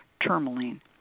tourmaline